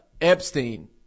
Epstein